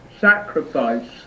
sacrifice